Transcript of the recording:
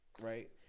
right